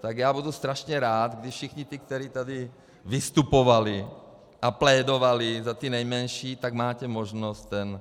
Tak budu strašně rád, když všichni ti, kteří tady vystupovali a plédovali za ty nejmenší, tak máte možnost ten